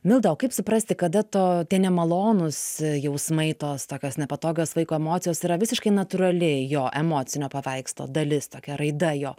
milda o kaip suprasti kada to tie nemalonūs jausmai tos tokios nepatogios vaiko emocijos yra visiškai natūrali jo emocinio paveikslo dalis tokia raida jo